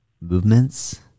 movements